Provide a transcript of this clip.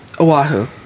oahu